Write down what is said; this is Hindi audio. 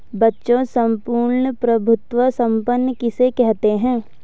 बच्चों सम्पूर्ण प्रभुत्व संपन्न किसे कहते हैं?